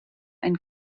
and